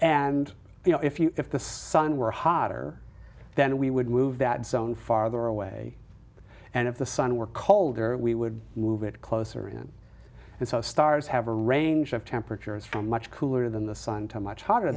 and you know if you if the sun were hotter then we would move that zone farther away and if the sun were colder we would move it closer in and so stars have a range of temperatures from much cooler than the sun to much hotter